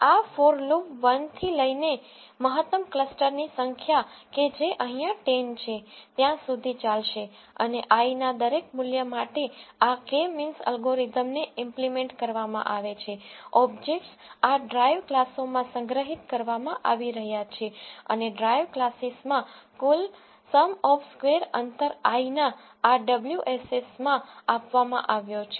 આ for loop 1 થી લઇ ને મહત્તમ ક્લસ્ટર ની સંખ્યા કે જે અહીંયા 10 છે ત્યાં સુધી ચાલશે અને i ના દરેક મૂલ્ય માટે આ k મીન્સ એલ્ગોરિધમને ઈમ્પ્લીમેન્ટ કરવામાં આવે છે ઓબ્જેક્ટસ આ ડ્રાઇવ ક્લાસોમાં સંગ્રહિત કરવામાં આવી રહ્યા છે અને ડ્રાઇવ ક્લાસીસમાં કુલ સમ ઓફ સ્કેવર અંતર i ના આ wss માં આપવામાં આવ્યો છે